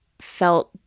felt